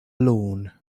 lawn